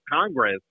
Congress